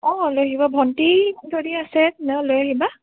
লৈ আহিব ভণ্টী যদি আছে তেনেহ'লে লৈ আহিবা